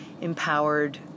empowered